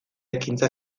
ekintza